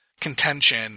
contention